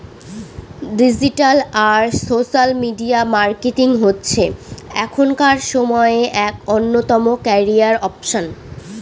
digital আর social media marketing হচ্ছে এখনকার সময়ে এক অন্যতম ক্যারিয়ার অপসন